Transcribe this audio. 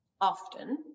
often